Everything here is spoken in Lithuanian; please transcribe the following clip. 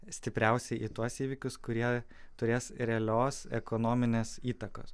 stipriausiai į tuos įvykius kurie turės realios ekonominės įtakos